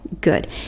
good